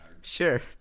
Sure